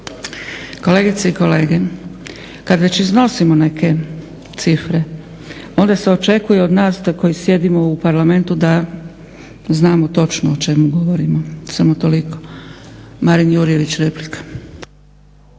Kolegice i kolege, kad već iznosimo neke cifre onda se očekuje od nas koji sjedimo u parlamentu da znamo točno o čemu govorimo. Samo toliko. Marin Jurjević, replika.